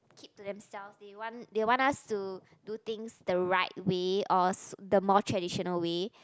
keep to themselves they want they want us to do things the right way or s~ the more traditional way